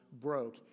broke